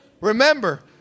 Remember